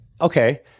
okay